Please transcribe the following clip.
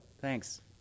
Thanks